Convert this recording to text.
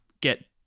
get